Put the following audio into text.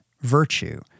virtue